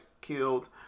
killed